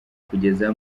kugeza